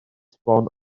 sbon